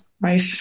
right